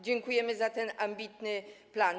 Dziękujemy za ten ambitny plan.